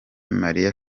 marie